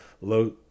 low